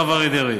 הרב אריה דרעי.